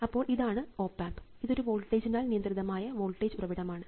അപ്പോൾ ഇതാണു op amp ഇതൊരു വോൾട്ടേജിനാൽ നിയന്ത്രിതമായ വോൾട്ടേജ് ഉറവിടമാണ്